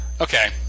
Okay